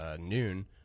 noon